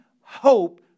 hope